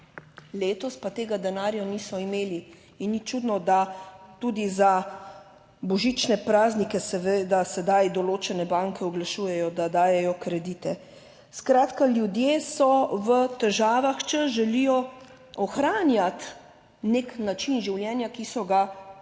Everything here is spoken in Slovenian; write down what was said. letos pa tega denarja niso imeli in ni čudno, da tudi za božične praznike seveda sedaj določene banke oglašujejo, da dajejo kredite. Skratka, ljudje so v težavah, če želijo ohranjati nek način življenja, ki so ga poznali